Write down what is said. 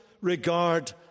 regard